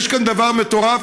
שיש כאן דבר מטורף,